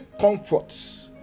comforts